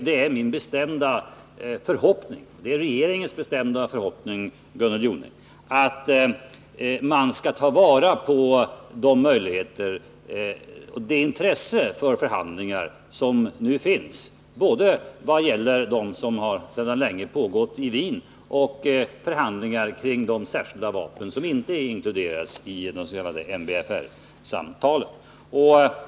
Det är min och regeringens bestämda förhoppning, Gunnel Jonäng, att man skall ta vara på det intresse för förhandlingar som nu finns. Det gäller både de förhandlingar som sedan länge pågått i Wien och förhandlingar om de vapen som inte är inkluderade i dessa s.k. MBFR-samtal.